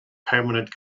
permanent